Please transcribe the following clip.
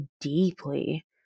deeply